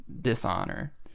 Dishonor